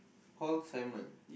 Paul-Simon